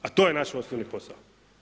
A to je naš osnovni posao.